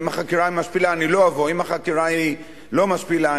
אם החקירה היא לא משפילה,